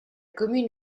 commune